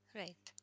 right